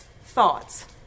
thoughts